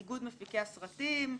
איגוד מפיקי הסרטים,